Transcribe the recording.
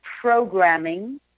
programming